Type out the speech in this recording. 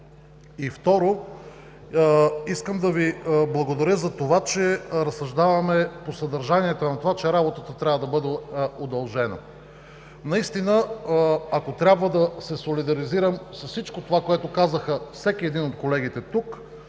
Второ, искам да Ви благодаря за това, че разсъждаваме по съдържанието на това, че работата трябва да бъде удължена. Наистина, ако трябва да се солидаризирам с всичко това, което казаха всеки един от колегите тук,